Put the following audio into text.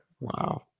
Wow